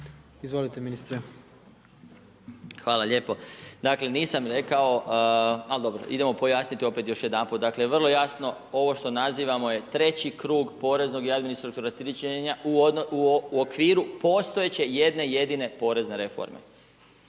**Marić, Zdravko** Hvala lijepo. Dakle, nisam rekao, ali dobro. Idemo pojasniti opet još jedanput. Dakle, vrlo jasno, ovo što nazivamo je treći krug poreznog i administrativnog rasterećenja u okviru postojeće jedne-jedine porezne reforme.